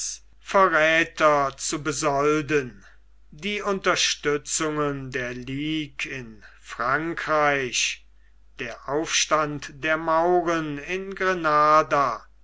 verräther zu besolden die unterstützungen der ligue in frankreich der aufstand der mauren in granada